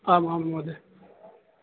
आम् आं महोदय